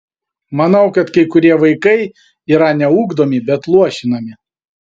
manau kad kai kurie vaikai yra ne ugdomi bet luošinami